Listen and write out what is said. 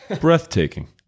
breathtaking